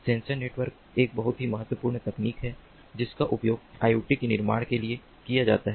sensor network एक बहुत ही महत्वपूर्ण तकनीक है जिसका उपयोग IoT के निर्माण के लिए किया जाता है